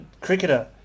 cricketer